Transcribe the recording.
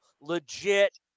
legit